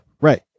right